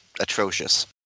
atrocious